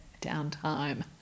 downtime